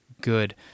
good